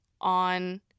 on